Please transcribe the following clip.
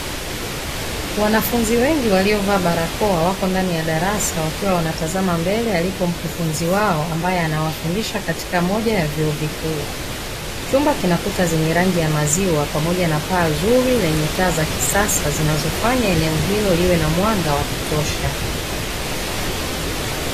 Wanafunzi wengi waliovaa barakoa wako ndani ya darasa wakiwa wanatazama mbele alipo mkufunzi wao ambaye anafundisha katika moja ya chuo kikuu. Chumba kina kuta za maziwa pamoja na paa zuri zenye taa za kisasa zinazofanya kuwe na mwanga wa kutosha.